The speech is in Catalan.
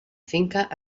finca